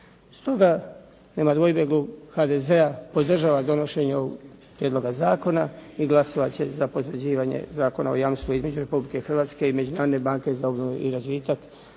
Stoga nema dvojbe, klub HDZ-a podržava donošenje ovog prijedloga zakona i glasovat će za potvrđivanje Zakona o jamstvu između Republike Hrvatske i Međunarodne banke za obnovu i razvitak